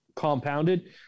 Compounded